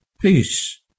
peace